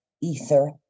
ether